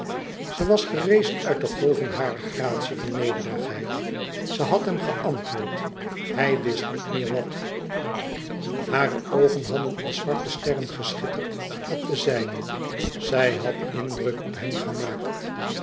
ze was gerezen uit de golving harer gratie van nederigheid ze had hem geantwoord hij wist niet meer wat hare oogen hadden als zwarte sterren geschitterd op de zijne zij had indruk op hem gemaakt